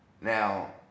Now